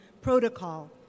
protocol